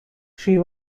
she